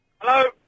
Hello